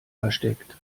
versteckt